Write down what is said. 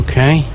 Okay